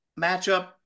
Matchup